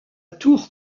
tour